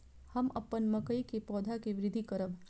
हम अपन मकई के पौधा के वृद्धि करब?